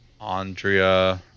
Andrea